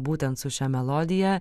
būtent su šia melodija